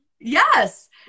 Yes